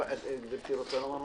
גברתי רוצה לומר משהו?